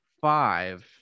five